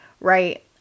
right